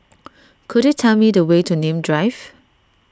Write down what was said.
could you tell me the way to Nim Drive